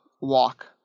Walk